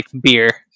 beer